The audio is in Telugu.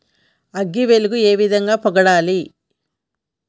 అగ్గి తెగులు ఏ విధంగా పోగొట్టాలి?